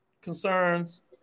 concerns